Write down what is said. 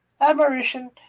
admiration